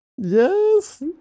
Yes